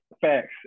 facts